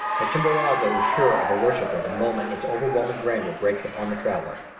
but chimborazo is sure of a worshiper the moment its overwhelming grandeur breaks upon the traveler.